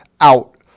out